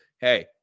Hey